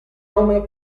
nome